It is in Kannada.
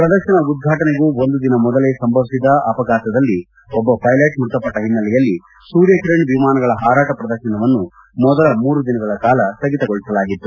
ಪ್ರದರ್ಶನ ಉದ್ಘಾಟನೆಗೂ ಒಂದು ದಿನ ಮೊದಲೇ ಸಂಭವಿಸಿದ ಅಪಘಾತದಲ್ಲಿ ಒಬ್ಬ ವೈಲಟ್ ಮೃತಪಟ್ಟ ಹಿನ್ನಲೆಯಲ್ಲಿ ಸೂರ್ಯಕಿರಣ್ ವಿಮಾನಗಳ ಹಾರಾಟ ಪ್ರದರ್ಶನವನ್ನು ಮೊದಲ ಮೂರುದಿನಗಳ ಕಾಲ ಸ್ಥಗಿತಗೊಳಿಸಲಾಗಿತ್ತು